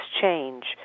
change